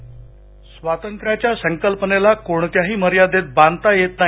voice cast स्वातंत्र्याच्या संकल्पनेला कोणत्याही मर्यादेत बांधता येत नाही